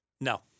No